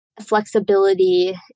flexibility